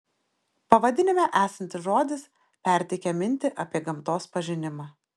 pavadinime esantis žodis perteikia mintį apie gamtos pažinimą